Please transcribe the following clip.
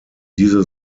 diese